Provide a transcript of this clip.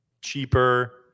cheaper